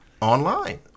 online